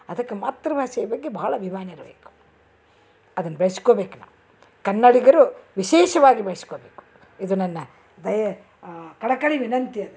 ಅದಕ್ಕೆ ಮಾತೃಭಾಷೆಯ ಬಗ್ಗೆ ಭಾಳ ಅಭಿಮಾನ ಇರಬೇಕು ಅದನ್ನು ಬೆಳ್ಶ್ಕೊಬೇಕು ನಾವು ಕನ್ನಡಿಗರು ವಿಶೇಷವಾಗಿ ಬೆಳೆಸ್ಕೋಬೇಕು ಇದು ನನ್ನ ದಯೆ ಕಳಕಳಿ ವಿನಂತಿ ಇದೆ